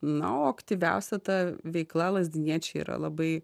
na o aktyviausia ta veikla lazdyniečiai yra labai